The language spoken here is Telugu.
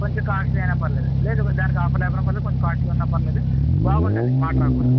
కొంచెం కాస్ట్లీ అయినా పర్లేదు లేదు దానికి ఆఫర్ లేకపోయినా పర్లేదు కొంచెం కాస్ట్లీ ఉన్నా పర్లేదు బాగుండాలి మాట రాకూడదు